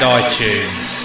iTunes